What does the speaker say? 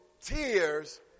tears